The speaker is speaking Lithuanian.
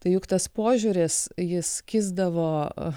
tai juk tas požiūris jis kisdavo